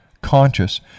conscious